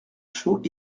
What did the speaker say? chaud